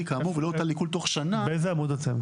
כאמור ולא הוטל עיקול בתוך שנה מיום מצאתה".